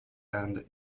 and